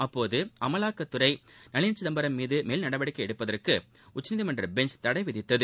அப்போது அமலாக்கத் துறை நளினி சிதம்பரம் மீது மேல்நடவ டிக்கை எடுப்பதற்கு உச்ச நீதிமன்ற பெஞ்ச் தடை விதித்தது